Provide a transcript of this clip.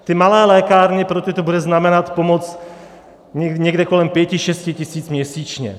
Pro ty malé lékárny to bude znamenat pomoc někde kolem pěti šesti tisíc měsíčně.